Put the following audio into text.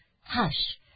hush